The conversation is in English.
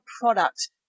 product